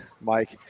Mike